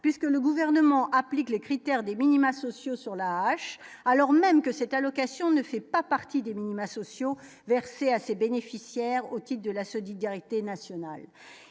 puisque le gouvernement applique les critères des minima sociaux sur la roche, alors même que cette allocation ne fait pas partie des minima sociaux, versée à ses bénéficiaires au type de la solidarité nationale